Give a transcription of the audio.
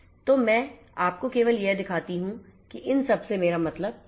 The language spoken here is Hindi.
तो मैं आपको केवल यह दिखाता हूं कि इन सब से मेरा मतलब क्या है